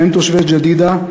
שניהם תושבי ג'דיידה,